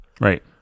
right